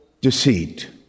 deceit